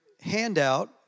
handout